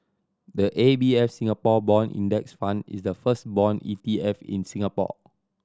the A B F Singapore Bond Index Fund is the first bond E T F in Singapore